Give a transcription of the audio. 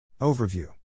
Overview